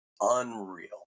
unreal